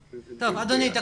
טוב, אדוני, תקשיב,